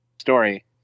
story